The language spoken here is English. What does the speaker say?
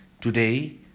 today